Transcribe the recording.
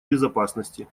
безопасности